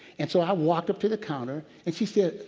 and so i walked to the counter, and she said,